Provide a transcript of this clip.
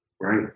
right